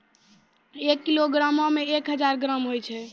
एक किलोग्रामो मे एक हजार ग्राम होय छै